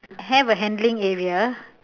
have a handling area